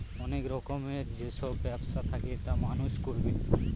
অনেক রকমের যেসব ব্যবসা থাকে তা মানুষ করবে